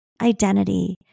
identity